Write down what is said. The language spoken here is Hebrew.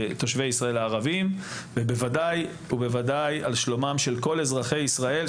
תושבי ישראל הערבים ובוודאי על שלומם של כל אזרחי ישראל,